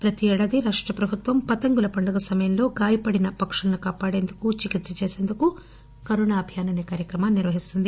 ప్రతి ఏడాది రాష్టప్రభుత్వం పతంగుల పండుగ సమయంలో గాయపడిన పక్షులను కాపాడేందుకు చికిత్ప చేసేందుకు కరోనా అభియాన్ అసే కార్చక్రమాన్ని నిర్వహిస్తోంది